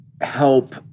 help